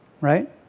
right